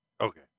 Okay